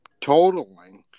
totaling